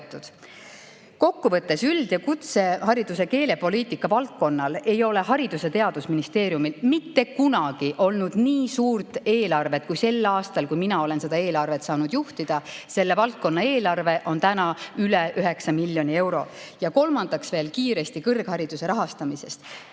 Kokku võttes: üld‑ ja kutsehariduse keelepoliitika valdkonnale ei ole Haridus‑ ja Teadusministeeriumil mitte kunagi olnud nii suurt eelarvet kui sel aastal, kui mina olen seda eelarvet saanud juhtida. Selle valdkonna eelarve on täna üle 9 miljoni euro. Ja kolmandaks veel kiiresti kõrghariduse rahastamisest.